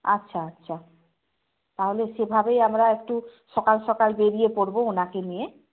আচ্ছা আচ্ছা তাহলে সেভাবেই আমরা একটু সকাল সকাল বেরিয়ে পড়ব ওনাকে নিয়ে